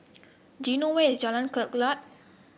do you know where is Jalan Kelulut